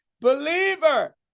believer